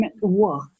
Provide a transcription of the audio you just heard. work